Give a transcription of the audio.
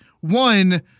one